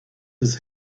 his